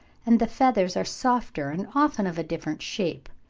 and the feathers are softer and often of a different shape.